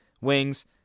wings